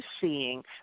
seeing